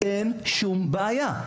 אין שום בעיה.